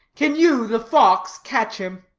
can you, the fox, catch him?